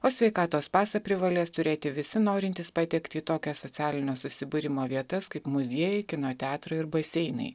o sveikatos pasą privalės turėti visi norintys patekti į tokias socialinio susibūrimo vietas kaip muziejai kino teatrai ir baseinai